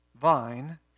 vine